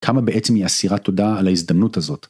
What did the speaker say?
כמה בעצם היא אסירת תודה על ההזדמנות הזאת?